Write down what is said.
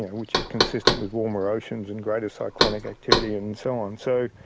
which is consistent with warmer oceans and greater cyclonic activity and so on. so it